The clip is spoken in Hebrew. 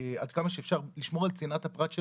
עד כמה שאפשר לשמור על צנעת הפרט של